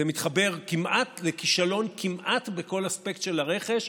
זה מתחבר לכישלון כמעט בכל אספקט של הרכש.